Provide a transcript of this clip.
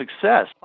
success